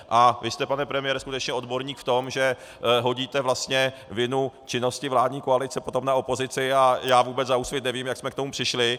A vy jste, pane premiére, skutečně odborník v tom, že hodíte vinu činnosti vládní koalice potom na opozici, a já vůbec za Úsvit nevím, jak jsme k tomu přišli.